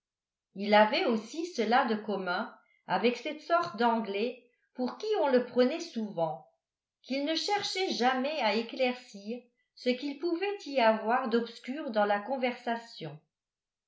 il avait aussi cela de commun avec cette sorte d'anglais pour qui on le prenait souvent qu'il ne cherchait jamais à éclaircir ce qu'il pouvait y avoir d'obscur dans la conversation